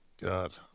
God